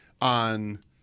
on